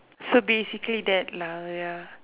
so basically that lah ya